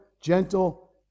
gentle